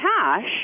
cash